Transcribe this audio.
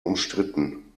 umstritten